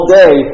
day